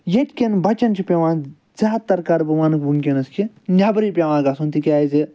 ییٚتہِ کٮ۪ن بَچَن چھِ پٮ۪وان زیادٕ تر کَرٕ بہٕ وَنہٕ بہٕ وٕنۍکٮ۪نَس کہِ نیٚبرٕے پٮ۪وان گَژھُن تکیازِ